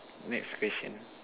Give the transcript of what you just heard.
next question